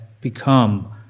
become